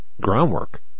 Groundwork